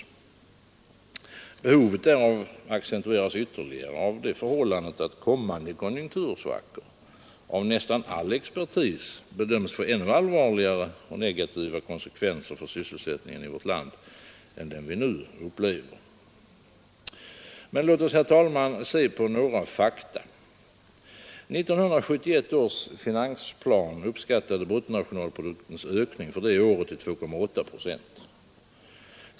Behovet därav accentueras ytterligare av det förhållandet att kommande konjunktursvackor av näs an all expertis bedöms få ännu allvarligare negativa konsekvenser för sysselsättningen i vårt land än den vi nu upplever. Men låt oss, herr talman, se på några fakta. 1971 års finansplan uppskattade bruttonationalproduktens ökning för det året till 2,8 procent.